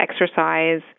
exercise